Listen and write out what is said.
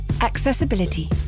Accessibility